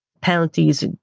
penalties